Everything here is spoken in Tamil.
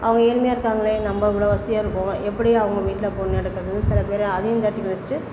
அவங்க ஏழ்மையாக இருக்காங்களே நம்ம இவ்வளோ வசதியாக இருக்கோம் எப்படி அவங்க வீட்டில பொண்ணு எடுக்குறதுன்னு சிலப் பேர் அதையும் தட்டிக்கழிச்சிவிட்டு